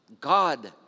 God